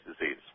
disease